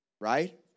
right